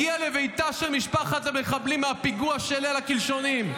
הגיע לביתה של משפחת המחבלים מהפיגוע של ליל הקלשונים.